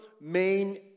main